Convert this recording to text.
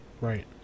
Right